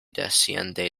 desciende